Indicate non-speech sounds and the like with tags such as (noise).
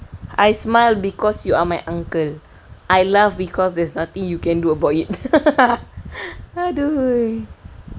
I smile because you are my uncle I laugh because there's nothing you can do about it (laughs) adui